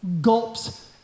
gulps